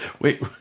Wait